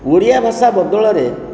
ଓଡ଼ିଆ ଭାଷା ବଦଳରେ